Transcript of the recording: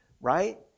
right